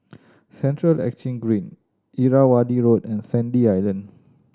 Central Exchange Green Irrawaddy Road and Sandy Island